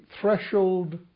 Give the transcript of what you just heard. threshold